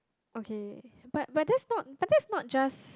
okay but but that's not but that's not just